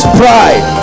pride